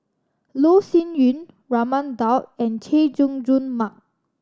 Loh Sin Yun Raman Daud and Chay Jung Jun Mark